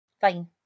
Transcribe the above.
Fine